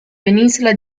penisola